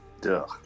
Duh